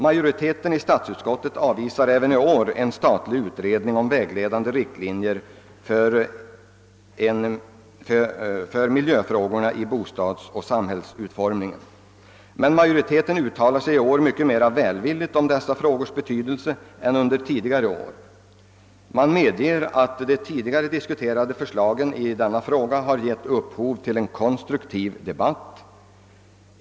Majoriteten i statsutskottet avvisar även denna gång tanken på en statlig utredning om vägledande riktlinjer för miljöfrågorna vid bostadsoch samhällsutformningen. Men majoriteten uttalar sig i år mycket mer välvilligt om dessa frågors betydelse än under tidigare år. Man medger att de tidigare diskuterade förslagen i dessa frågor har givit upphov till en konstruktiv debatt.